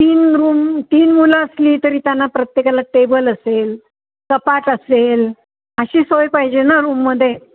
तीन रूम तीन मुलं असली तरी त्यांना प्रत्येकाला टेबल असेल कपाट असेल अशी सोय पाहिजे ना रूममध्ये